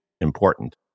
important